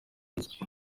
bye